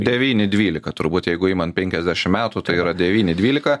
devyni dvylika turbūt jeigu imant penkiasdešim metų tai yra devyni dvylika